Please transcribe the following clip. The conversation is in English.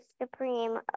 supreme